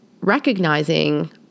recognizing